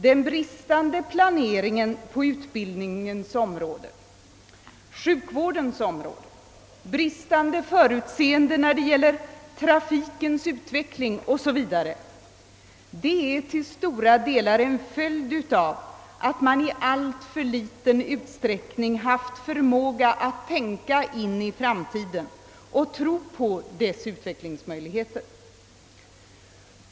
Den bristande planeringen på utbildningens och sjukvårdens område, det bristande förutseendet när det gäller trafikens utveckling o. s. v. är företeelser som till stora delar är en följd av att man i alltför liten utsträckning haft förmåga att se in i framtiden och att lita till utvecklingsmöjligheterna.